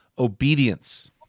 obedience